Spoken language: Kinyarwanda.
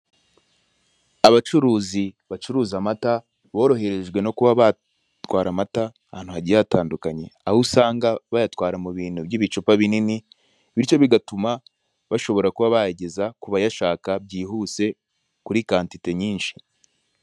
Abacuruzi bacuruza amata, boroherejwe no kuba batwara amata ahantu hagiye hatandukanye aho usanga bayatwara mubintu by'ibicupa binini, bityo bigatuma bashobora kuba bayageza kubayashaka byihuse kuri kantite nyinshi.